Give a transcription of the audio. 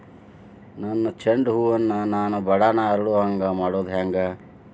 ನನ್ನ ಚಂಡ ಹೂ ಅನ್ನ ನಾನು ಬಡಾನ್ ಅರಳು ಹಾಂಗ ಮಾಡೋದು ಹ್ಯಾಂಗ್?